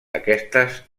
aquestes